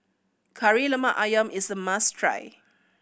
Kari Lemak Ayam is a must try